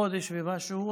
חודש ומשהו,